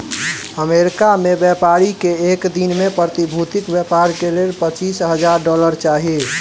America में व्यापारी के एक दिन में प्रतिभूतिक व्यापार के लेल पचीस हजार डॉलर चाही